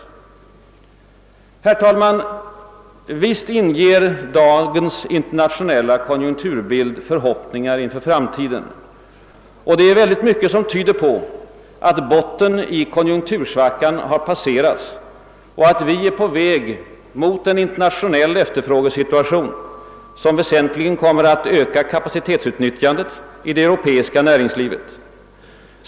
Herr talman! Visst inger dagens internationella konjunkturbild förhoppningar inför framtiden, och det är mycket som tyder på att botten i konjunktursvackan har passerats och att vi är på väg mot en internationell efterfrågesituation som väsentligen kommer att öka kapacitetsutnyttjandet i det europeiska näringslivet.